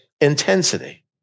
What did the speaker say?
intensity